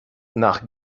nach